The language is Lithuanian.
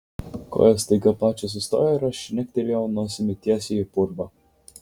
kojos staiga pačios sustojo ir aš žnektelėjau nosimi tiesiai į purvą